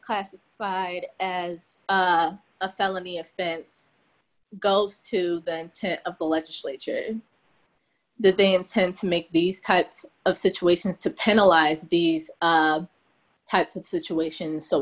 classified as a felony offense goes to the to of the legislature that they intend to make these types of situations to penalize these types of situations so